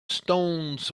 stones